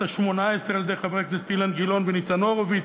השמונה-עשרה על-ידי חברי הכנסת אילן גילאון וניצן הורוביץ,